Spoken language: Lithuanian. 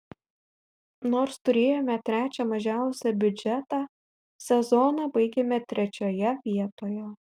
nors turėjome trečią mažiausią biudžetą sezoną baigėme trečioje vietoje